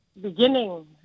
beginning